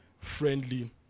Friendly